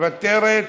מוותרת.